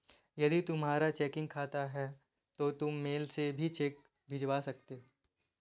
यदि तुम्हारा चेकिंग खाता है तो तुम मेल से भी चेक भिजवा सकते हो